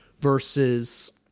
Versus